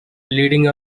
leading